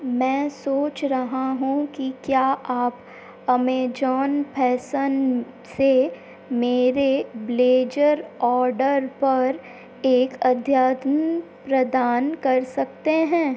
मैं सोच रहा हूँ कि क्या आप अमेज़न फ़ैशन से मेरे ब्लेज़र ऑर्डर पर एक अद्यतन प्रदान कर सकते हैं